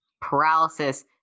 Paralysis